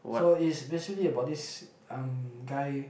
so it's basically about this um guy